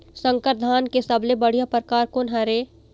संकर धान के सबले बढ़िया परकार कोन हर ये?